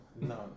No